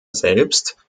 selbst